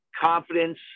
confidence